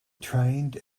trained